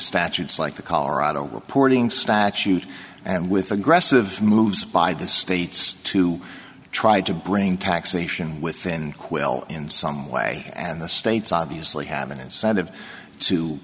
statutes like the colorado reporting statute and with aggressive moves by the states to try to bring taxation within quill in some way and the states obviously have an incentive to